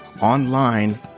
online